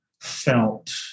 felt